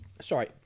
Sorry